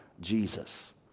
Jesus